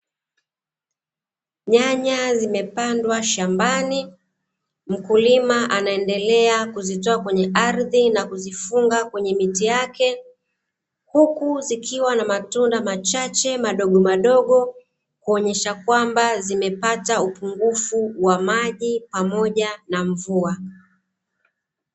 Nyanya zimepandwa shambani, mkulima anaendelea kuzitoa kwenye ardhi na kuzifunga kwenye miti yake, hukuzikiwa na matunda machache madogomadogo, kuonyesha kwamba zimepata upungufu wa maji pamoja na mvua.